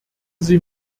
sie